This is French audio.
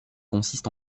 consiste